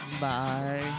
Bye